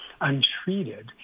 untreated